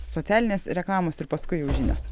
socialinės reklamos ir paskui jau žinios